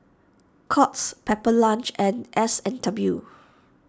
Courts Pepper Lunch and S and W